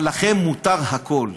אבל לכם מותר הכול.